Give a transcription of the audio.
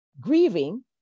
grieving